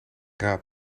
raad